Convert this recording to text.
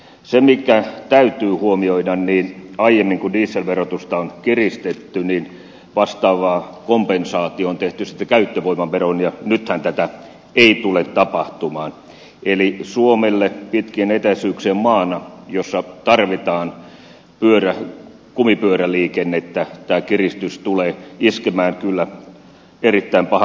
se mikä täytyy huomioida on se että kun aiemmin dieselverotusta on kiristetty niin vastaava kompensaatio on tehty sitten käyttövoimaveroon ja nythän tätä ei tule tapahtumaan eli suomelle pitkien etäisyyksien maana jossa tarvitaan kumipyöräliikennettä tämä kiristys tulee iskemään kyllä erittäin pahaan paikkaan